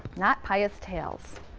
not pious tales.